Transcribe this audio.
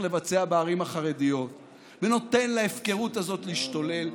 לבצע בערים החרדיות ונותן להפקרות הזאת להשתולל,